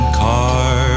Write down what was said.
car